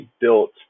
built